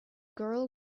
girl